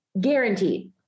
Guaranteed